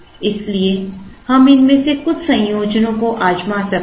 इसलिए हम इनमें से कुछ संयोजनों को आजमा सकते हैं